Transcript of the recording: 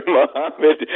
Muhammad